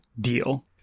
deal